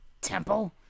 temple